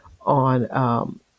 on